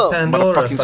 Pandora